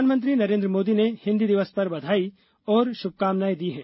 प्रधानमंत्री नरेन्द्र मोदी ने हिन्दी दिवस पर बधाई और शुभकामनाएं दी हैं